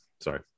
sorry